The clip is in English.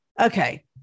okay